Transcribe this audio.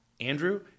Andrew